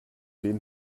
den